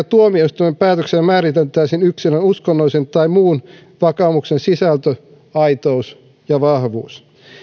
tuomioistuimen päätöksellä määriteltäisiin yksilön uskonnollisen tai muun vakaumuksen sisältö aitous ja vahvuus